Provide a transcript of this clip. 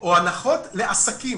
או הנחות לעסקים.